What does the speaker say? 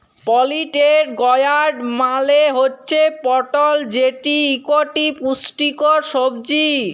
পলিটেড গয়ার্ড মালে হুচ্যে পটল যেটি ইকটি পুষ্টিকর সবজি